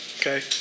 okay